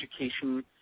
Education